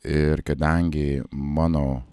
ir kadangi mano